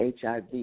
HIV